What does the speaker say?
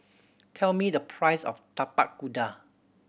tell me the price of Tapak Kuda